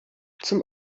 zum